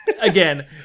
Again